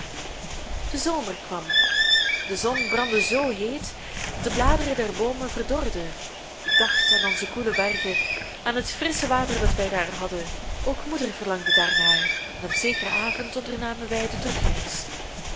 de zomer kwam de zon brandde zoo heet dat de bladeren der boomen verdorden ik dacht aan onze koele bergen aan het frissche water dat wij daar hadden ook moeder verlangde daarnaar en op zekeren avond ondernamen wij de terugreis